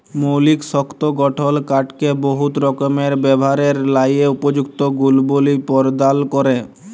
মৌলিক শক্ত গঠল কাঠকে বহুত রকমের ব্যাভারের ল্যাযে উপযুক্ত গুলবলি পরদাল ক্যরে